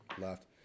left